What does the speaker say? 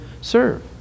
serve